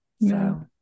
no